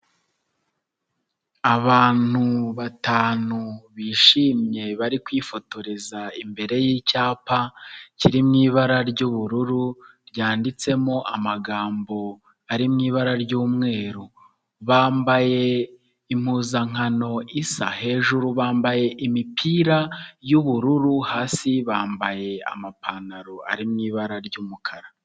Abantu batanu bishimye bari kwifotoreza imbere y'icyapa kiri mu ibara ry'ubururu ryanditsemo amagambo ari mu ibara ry'umweru, bambaye impuzankano isa, hejuru bambaye imipira y'ubururu, hasi bambaye amapantaro ari mu ibara ry'umukara.